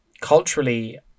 culturally